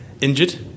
injured